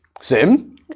Sim